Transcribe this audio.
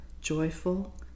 joyful